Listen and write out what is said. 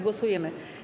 Głosujemy.